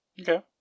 okay